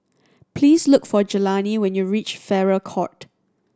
please look for Jelani when you reach Farrer Court